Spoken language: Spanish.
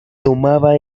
tomaba